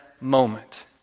moment